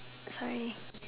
sorry